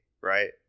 right